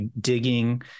digging